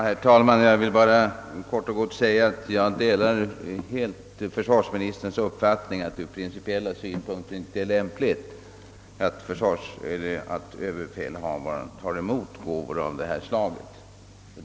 Herr talman! Jag vill helt kort deklarera att jag delar försvarsministerns uppfattning att det från principiell synpunkt inte är lämpligt att överbefälhavaren tar emot gåvor av detta slag.